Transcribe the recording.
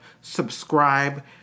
subscribe